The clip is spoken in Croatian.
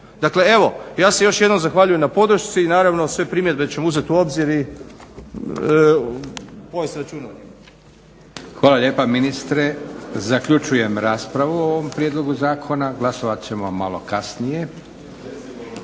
Dakle evo, ja se još jednom zahvaljujem na podršci, naravno sve primjedbe ćemo uzet u obzir i povest računa